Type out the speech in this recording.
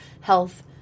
health